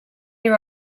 year